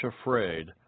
afraid